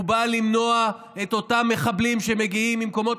הוא בא למנוע את אותם מחבלים שמגיעים ממקומות